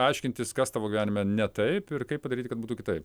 aiškintis kas tavo gyvenime ne taip ir kaip padaryti kad būtų kitaip